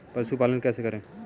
पशुपालन कैसे करें?